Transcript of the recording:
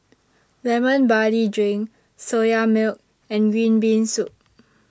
Lemon Barley Drink Soya Milk and Green Bean Soup